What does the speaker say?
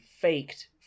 faked